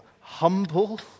humble